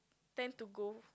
tend to go